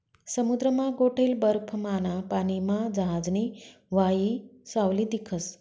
समुद्रमा गोठेल बर्फमाना पानीमा जहाजनी व्हावयी सावली दिखस